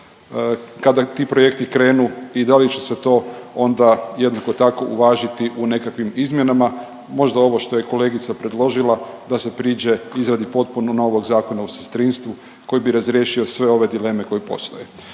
kada ti projekti krenu i da li će se to onda jednako tako uvažiti u nekakvim izmjenama. Možda ovo što je kolegica predložila da se priđe izradi potpuno novog Zakona o sestrinstvu koji bi razriješio sve ove dileme koje postoje.